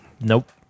Nope